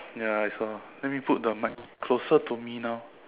yeah I saw let me put the mic closer to me now